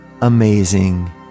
amazing